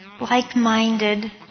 like-minded